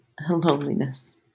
Loneliness